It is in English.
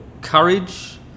courage